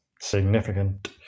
significant